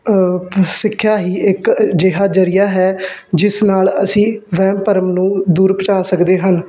ਸਿੱਖਿਆ ਹੀ ਇੱਕ ਅਜਿਹਾ ਜ਼ਰੀਆ ਹੈ ਜਿਸ ਨਾਲ ਅਸੀਂ ਵਹਿਮ ਭਰਮ ਨੂੰ ਦੂਰ ਪਹੁੰਚਾ ਸਕਦੇ ਹਨ